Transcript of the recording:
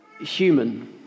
human